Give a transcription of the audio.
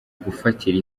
gufatira